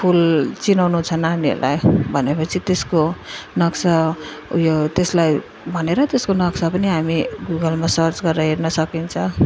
फुल चिनाउनु छ नानीहरूलाई भने पछि त्यसको नक्सा उयो त्यसलाई भनेर त्यसको नक्सा पनि हामी गुगलमा सर्च गरेर हेर्न सकिन्छ